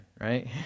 right